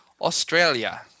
Australia